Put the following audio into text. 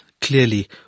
clearly